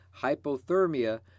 hypothermia